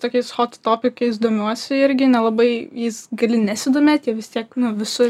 tokiais hot topikais domiuosi irgi nelabai jais gali nesidomėt jie vis tiek visur